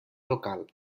local